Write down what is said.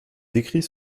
décrit